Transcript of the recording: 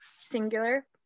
singular